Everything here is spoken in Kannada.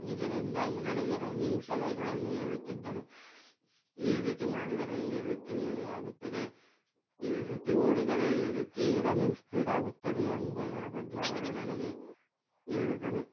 ಇದರಿಂದಾಗಿ ನನಗೆ ರನ್ನಿಂಗ್ ಸಲಹೆಗಳನ್ನು ಹೇಳುತ್ತಿದ್ದನು ಈ ರೀತಿ ಮಾಡಿದರೆ ಈ ರೀತಿ ಆಗುತ್ತದೆ ಈ ರೀತಿ ಓಡಿದರೆ ಈ ರೀತಿ ರನ್ನಿಂಗ್ ಸ್ಪೀಡ್ ಆಗುತ್ತದೆ ಎಂಬುವುದರ ಬಗ್ಗೆ ಅವನು ನನಗೆ ಹೇಳಿದನು